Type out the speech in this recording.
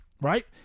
right